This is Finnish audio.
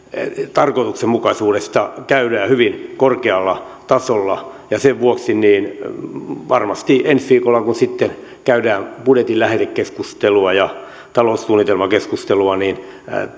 tarkoituksenmukaisuudesta käydään hyvin korkealla tasolla sen vuoksi varmasti ensi viikolla kun sitten käydään budjetin lähetekeskustelua ja taloussuunnitelmakeskustelua